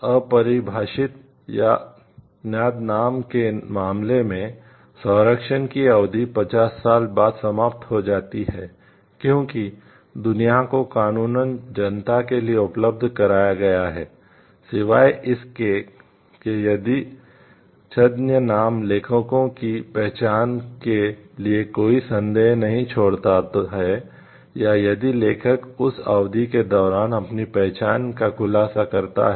अपरिभाषित या उपनाम के मामले में संरक्षण की अवधि 50 साल बाद समाप्त हो जाती है क्योंकि दुनिया को कानूनन जनता के लिए उपलब्ध कराया गया है सिवाय इसके कि यदि उपनाम लेखकों की पहचान के लिए कोई संदेह नहीं छोड़ता है या यदि लेखक उस अवधि के दौरान अपनी पहचान का खुलासा करता है